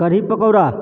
kadhi pakora